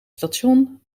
station